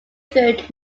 through